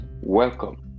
Welcome